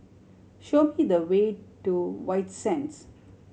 show me the way to White Sands